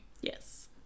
Yes